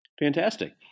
Fantastic